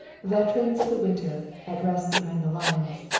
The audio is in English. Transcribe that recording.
veterans of the winter, at rest behind the lines,